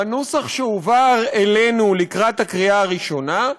בנוסח שהועבר אלינו לקראת הקריאה הראשונה,